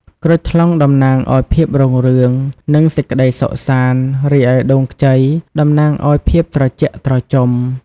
ក្រូចថ្លុងតំណាងឲ្យភាពរុងរឿង និងសេចក្តីសុខសាន្ត រីឯដូងខ្ចីតំណាងឲ្យភាពត្រជាក់ត្រជុំ។